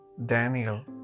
Daniel